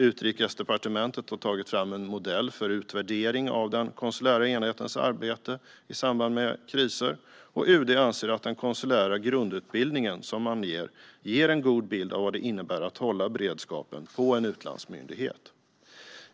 Utrikesdepartementet har tagit fram en modell för utvärdering av den konsulära enhetens arbete i samband med kriser. UD anser att den konsulära grundutbildningen ger en god bild av vad det innebär att hålla beredskapen på en utlandsmyndighet.